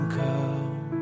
come